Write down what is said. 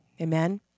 Amen